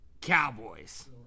Cowboys